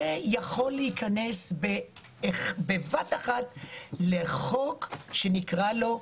יכול להיכנס בבת-אחת לחוק שנקרא לו,